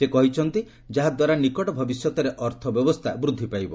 ସେ କହିଛନ୍ତି ଯାହା ଦ୍ୱାରା ନିକଟ ଭବିଷ୍ୟତରେ ଅର୍ଥ ବ୍ୟବସ୍ଥା ବୃଦ୍ଧି ପାଇବ